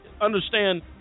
understand